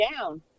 down